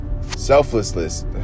Selflessness